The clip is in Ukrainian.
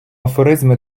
афоризми